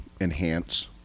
enhance